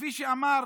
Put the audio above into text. כפי שאמר